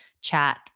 chat